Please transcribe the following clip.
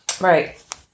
Right